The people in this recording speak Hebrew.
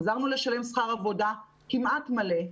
חזרנו לשלם שכר עבודה כמעט מלא.